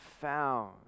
found